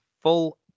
full